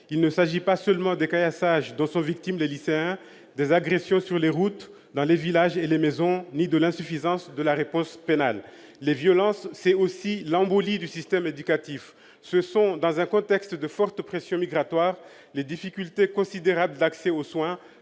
Il ne s'agit pas seulement des caillassages dont sont victimes les lycéens, des agressions sur les routes, dans les villages et les maisons, ni de l'insuffisance de la réponse pénale. Les violences, c'est aussi l'embolie du système éducatif ; ce sont, dans un contexte de forte pression migratoire, les difficultés considérables d'accès aux soins,